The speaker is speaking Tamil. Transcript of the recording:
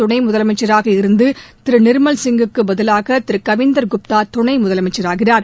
துணை முதலமைச்சராக இருந்து திரு நிர்மல் சிங்குக்கு பதிவாக திரு கவிந்தர் குப்தா ஏற்கனவே துணை முதலமைச்சராகிறார்